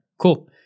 cool